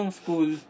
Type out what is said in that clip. school